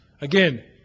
Again